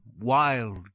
wild